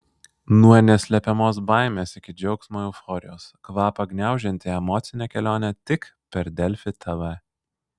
nuo neslepiamos baimės iki džiaugsmo euforijos kvapą gniaužianti emocinė kelionė tik per delfi tv